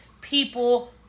people